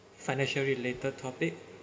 financial related topic